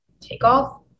Takeoff